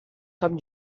com